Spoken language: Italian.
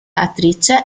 attrice